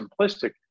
simplistic